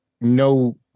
no